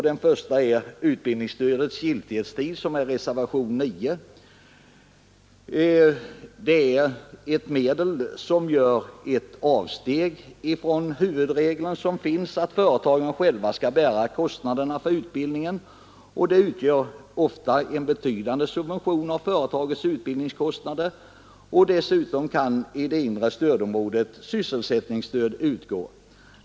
Det första är utbildningsstödets giltighetstid i reservationen 9. Det är ett medel som innebär avsteg från huvudregeln att företagen själva skall bära kostnaderna för utbildningen, och det utgör ofta en betydande subvention av företagens utbildningskostnader. Dessutom kan sysselsättningsstöd utgå i det inre stödområdet.